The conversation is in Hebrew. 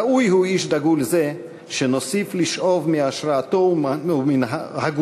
ראוי איש דגול זה שנוסיף לשאוב מהשראתו ומהגותו